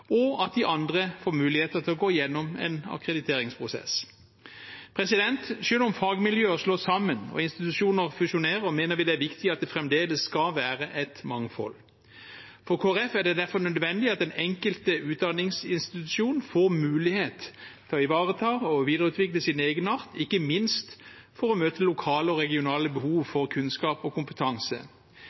og at de andre får muligheter til å gå gjennom en akkrediteringsprosess. Selv om fagmiljøer slås sammen og institusjoner fusjonerer, mener vi det er viktig at det fremdeles skal være et mangfold. For Kristelig Folkeparti er det derfor nødvendig at den enkelte utdanningsinstitusjon får mulighet til å ivareta og videreutvikle sin egenart, ikke minst for å møte lokale og regionale behov for kunnskap og kompetanse.